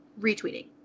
retweeting